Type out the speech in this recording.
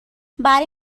برای